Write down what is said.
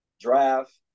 draft